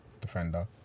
defender